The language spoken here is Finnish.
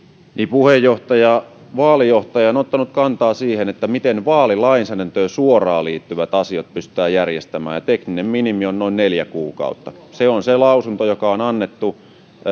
puheenjohtaja vaalijohtaja on ottanut kantaa siihen miten vaalilainsäädäntöön suoraan liittyvät asiat pystytään järjestämään ja tekninen minimi on noin neljä kuukautta se on se lausunto joka on annettu